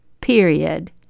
period